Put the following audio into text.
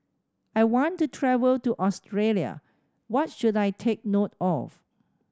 I want to travel to Australia what should I take note of